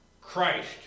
Christ